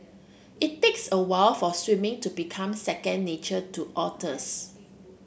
it takes a while for swimming to become second nature to otters